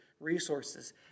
Resources